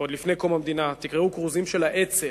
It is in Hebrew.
עוד מלפני קום המדינה, תקראו כרוזים של האצ"ל,